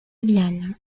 vienne